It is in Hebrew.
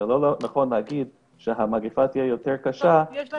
זה לא נכון להגיד שהמגפה תהיה יותר קשה בגלל שיש יותר השמנה,